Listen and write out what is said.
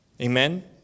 amen